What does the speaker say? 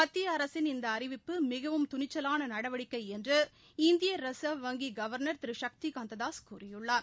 மத்திய அரசின் இந்த அறிவிப்பு மிகவும் துணிச்சலான நடவடிக்கை என்று இந்திய ரிசா்வ் வங்கி கவர்னர் திரு சக்தி காந்ததாஸ் கூறியுள்ளார்